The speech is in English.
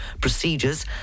procedures